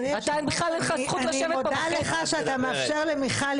בכלל אין לך זכות לשבת פה בחדר.